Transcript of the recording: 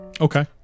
Okay